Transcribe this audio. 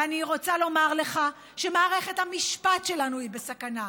ואני רוצה לומר לך שמערכת המשפט שלנו היא בסכנה.